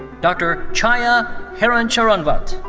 dr. chaya hiruncharoenvate.